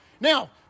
Now